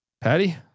Patty